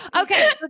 Okay